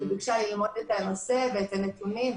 היא ביקשה ללמוד את הנושא ואת הנתונים,